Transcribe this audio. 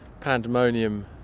pandemonium